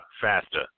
faster